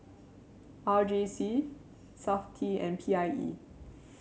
R J C Safti and P I E